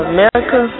America